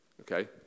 Okay